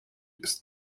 ist